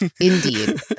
Indeed